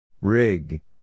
Rig